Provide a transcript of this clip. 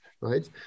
right